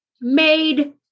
made